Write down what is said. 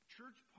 Church